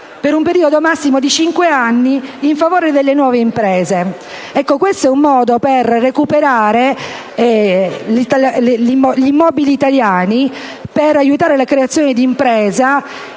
per un periodo massimo di 5 anni, in favore delle nuove imprese. È un modo per recuperare gli immobili italiani ed aiutare la creazione di impresa